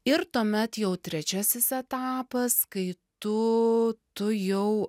ir tuomet jau trečiasis etapas kai tu tu jau